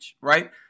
right